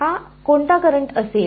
हा कोणते करंट असेल